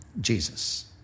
Jesus